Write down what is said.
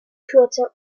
führte